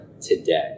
today